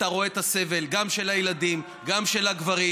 אתה רואה את הסבל, גם של הילדים, גם של הגברים.